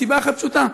מסיבה אחת פשוטה,